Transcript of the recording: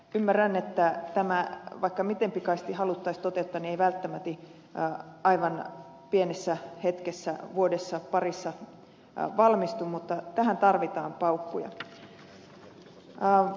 ymmärrän että tämä vaikka miten pikaisesti haluttaisiin toteuttaa ei välttämäti aivan pienessä hetkessä vuodessa parissa valmistu mutta tähän tarvitaan paukkuja